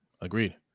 agreed